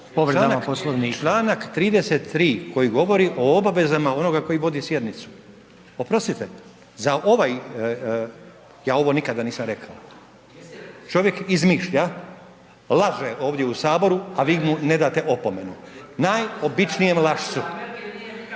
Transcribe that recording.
Članak 33. koji govori o obavezama onoga koji vodi sjednicu, oprostite za ovaj, ja ovo nikada nisam rekao, čovjek izmišlja, laže ovdje u saboru, a vi mu ne date opomenu, najobičnijem lašcu.